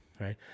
Right